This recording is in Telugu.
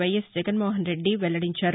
వైఎస్ జగన్మోహన్ రెద్డి వెల్లడించారు